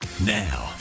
Now